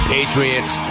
Patriots